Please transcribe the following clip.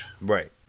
Right